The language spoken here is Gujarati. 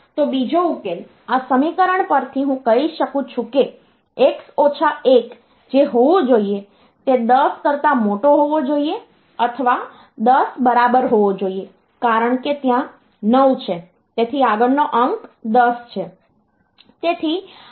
તો બીજો ઉકેલ આ સમીકરણ પરથી હું કહી શકું છું કે x ઓછા 1 જે હોવું જોઈએ તે 10 કરતા મોટો હોવો જોઈએ અથવા 10 બરાબર હોવો જોઈએ કારણ કે ત્યાં 9 છે તેથી આગળનો અંક 10 છે